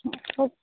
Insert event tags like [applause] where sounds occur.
[unintelligible]